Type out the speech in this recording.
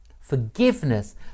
Forgiveness